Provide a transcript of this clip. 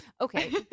Okay